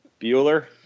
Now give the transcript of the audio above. Bueller